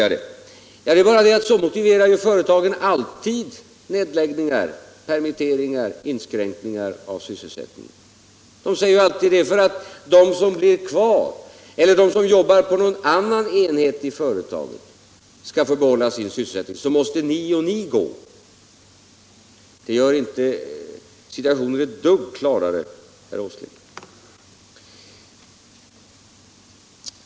Det är bara det att så motiverar företagen alltid nedläggningar, permitteringar och inskränkningar av sysselsättning. Före 87 Om åtgärder för att säkra sysselsättningen inom tagen säger alltid: det är för att de som blir kvar eller för att de som jobbar på någon annan enhet skall få behålla sin sysselsättning som ni och ni måste gå. Detta gör inte situationen ett dugg klarare, herr Åsling.